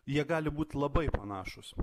jie gali būt labai panašūs